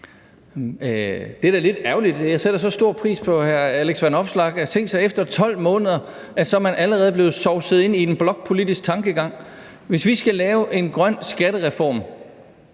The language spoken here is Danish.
Det er da lidt ærgerligt – jeg sætter så stor pris på hr. Alex Vanopslagh – at man efter 12 måneder allerede er blevet sovset ind i en blokpolitisk tankegang. Hvis vi skal lave en grøn skattereform,